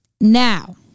Now